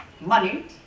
money